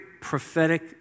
prophetic